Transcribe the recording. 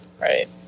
Right